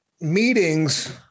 meetings